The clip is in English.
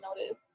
notice